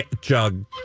Jug